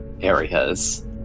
areas